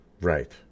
Right